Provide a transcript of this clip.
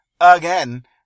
again